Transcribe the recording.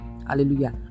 Hallelujah